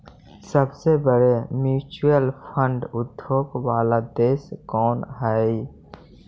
सबसे बड़े mutual fund उद्योग वाला देश कौन हई